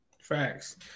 Facts